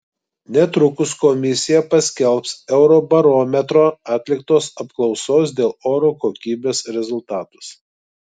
netrukus komisija paskelbs eurobarometro atliktos apklausos dėl oro kokybės rezultatus